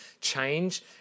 change